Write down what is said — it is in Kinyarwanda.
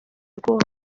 rwose